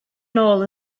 nôl